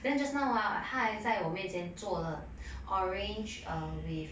then just now ah 他还在我面前做了 orange err with